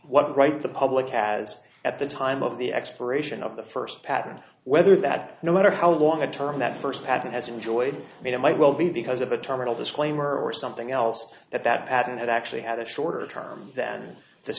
what right the public has at the time of the expiration of the first patent whether that no matter how long a term that first patent has enjoyed mean it might well be because of a terminal disclaimer or something else that that patent actually had a shorter term than the